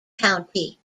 county